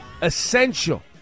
essential